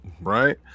right